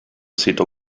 sito